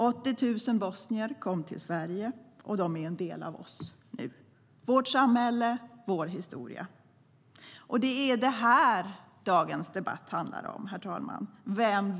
80 000 bosnier kom till Sverige och är nu en del av oss, vårt samhälle och vår historia. Det är det som dagens debatt handlar om, vem vi vill vara.